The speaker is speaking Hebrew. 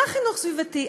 מה חינוך סביבתי.